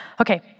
Okay